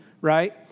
right